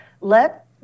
Let